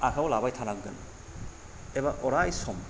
आखायाव लाबाय थानांगोन एबा अराय सम